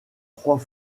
trois